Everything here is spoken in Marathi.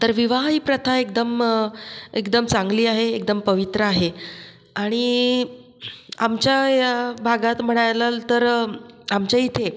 तर विवाह ही प्रथा एकदम एकदम चांगली आहे एकदम पवित्र आहे आणि आमच्या या भागात म्हणायलाल तर आमच्या इथे